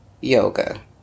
Yoga